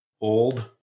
old